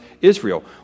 Israel